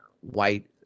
white